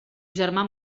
germà